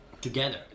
Together